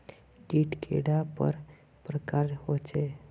कीट कैडा पर प्रकारेर होचे?